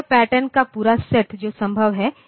तो यह पैटर्न का पूरा सेट जो संभव है